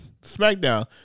Smackdown